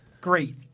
great